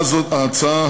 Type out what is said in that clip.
ההצעה